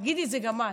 תגידי את זה גם את.